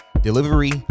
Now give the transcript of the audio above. delivery